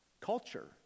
culture